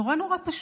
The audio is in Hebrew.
נורא נורא פשוט.